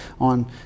on